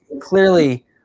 clearly